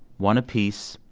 one apiece.